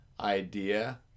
idea